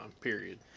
period